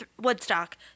Woodstock